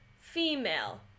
female